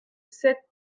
sept